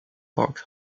park